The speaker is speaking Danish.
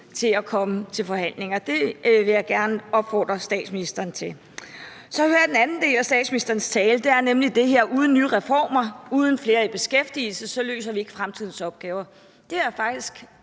om at komme til forhandlinger. Det vil jeg gerne opfordre statsministeren til. Så siger statsministeren i den anden del af sin tale det her med, at vi uden nye reformer og uden flere i beskæftigelse ikke løser fremtidens opgaver. Det vil jeg faktisk